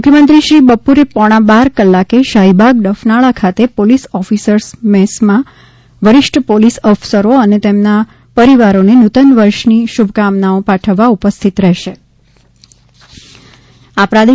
મુખ્યમંત્રીશ્રી બપોરે પોણા બાર કલાકે શાફીબાગ ડફનાળા ખાતે પોલીસ ઓફિસર્સ મેસમાં વરિષ્ઠ પોલીસ અફસરો અને તેમના પરિવારોને નૂતનવર્ષની શુભકામનાઓ પાઠવવા ઉપસ્થિત રહેવાનાછે